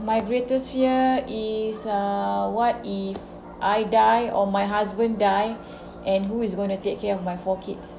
my greatest fear is uh what if I die or my husband die and who is going to take care of my four kids